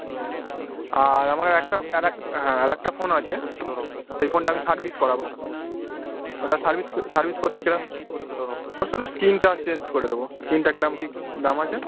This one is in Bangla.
ও আর আমার আর একটা আর একটা হ্যাঁ আরেকটা ফোন আছে সেই ফোনটা আমি সার্ভিস করাব ওটা সার্ভিস সার্ভিস করতে কীরকম ওর শুধু স্কিনটা চেঞ্জ করে দেব স্কিনটা কীরকম কী দাম আছে